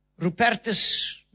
Rupertus